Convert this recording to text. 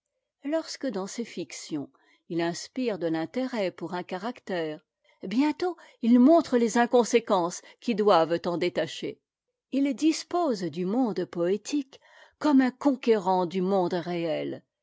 lorsque dans ses fictions il inspire de l'intérêt pour un caractère bientôt il montre ies inconséquences qui doivent en détacher il dispose du monde poétique comme e un conquérant du monde réel